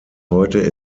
heute